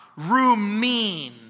rumin